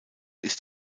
ist